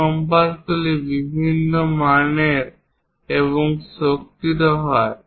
এই কম্পাসগুলি বিভিন্ন মানের এবং শক্তিরও হয়